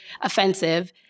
offensive